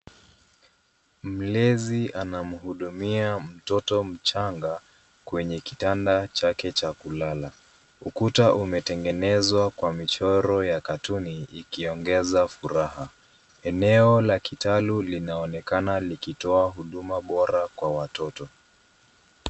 Mlezi anamuhudumia mtoto mchanga kwenye kitanda chake cha kulala. Ukuta umetengenezwa kwa michoro ya katuni ikiongeza furaha. Eneo la kitalu linaonekana likitoa huduma bora kwa watoto.